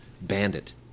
bandit